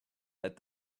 that